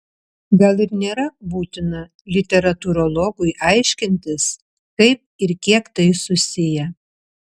gal ir nėra būtina literatūrologui aiškintis kaip ir kiek tai susiję